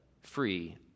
free